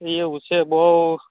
એવું છે બહુ